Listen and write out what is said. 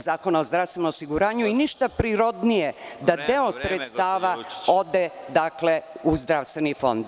Zakona o zdravstvenom osiguranju i ništa nije prirodnije nego da deo sredstava ode u zdravstveni fond.